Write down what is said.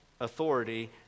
authority